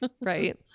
Right